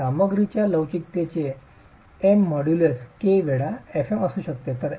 तर सामग्रीच्या लवचिकतेचे Em मॉड्यूलस k वेळा fm असू शकते